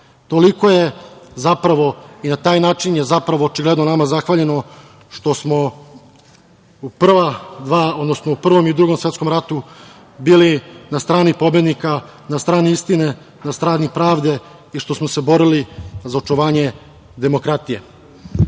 Toliko je zapravo i na taj način je zapravo očigledno nama zahvaljeno što smo u prva dva, odnosno u Prvom i Drugom svetskom ratu bili na strani pobednika, na strani istine, na strani pravde i što smo se borili za očuvanje demokratije. Tako